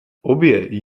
obě